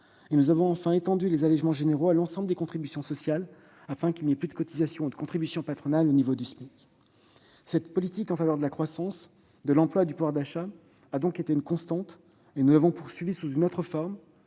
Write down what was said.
Nous avons enfin étendu les allégements généraux à l'ensemble des contributions sociales, afin qu'il n'y ait plus de cotisations ou de contributions patronales au niveau du SMIC. Cette politique en faveur de la croissance, de l'emploi et du pouvoir d'achat a été une constante de notre action. Nous l'avons poursuivie sous une autre forme